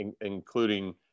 including